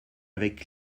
avec